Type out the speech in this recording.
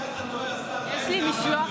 בזה אתה טועה, השר,